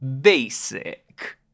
basic